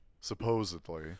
Supposedly